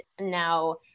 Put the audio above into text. Now